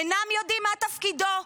אינם יודעים מה תפקידו.